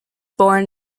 born